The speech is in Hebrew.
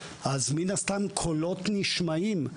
אז מן הסתם קולות נשמעים,